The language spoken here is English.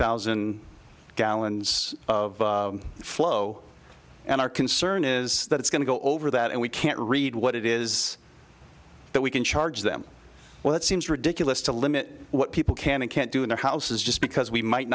thousand gallons of flow and our concern is that it's going to go over that and we can't read what it is that we can charge them well it seems ridiculous to limit what people can and can't do in their houses just because we might